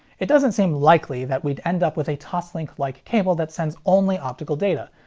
it doesn't seem likely that we'd end up with a toslink-like cable that sends only optical data,